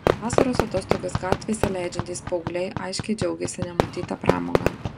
vasaros atostogas gatvėse leidžiantys paaugliai aiškiai džiaugėsi nematyta pramoga